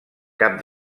cap